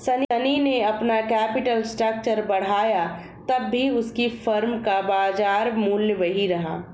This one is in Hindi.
शनी ने अपना कैपिटल स्ट्रक्चर बढ़ाया तब भी उसकी फर्म का बाजार मूल्य वही रहा